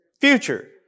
Future